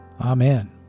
Amen